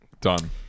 done